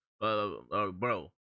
bro